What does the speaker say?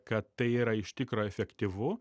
kad tai yra iš tikro efektyvu